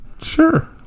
Sure